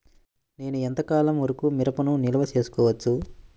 నేను ఎంత కాలం వరకు మిరపను నిల్వ చేసుకోవచ్చు?